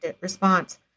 response